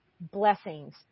blessings